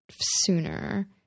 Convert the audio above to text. sooner